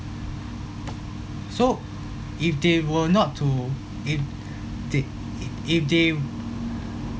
so if they were not to if th~ if they